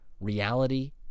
reality